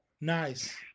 Nice